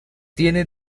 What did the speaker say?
tiene